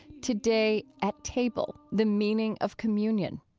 today, at table the meaning of communion.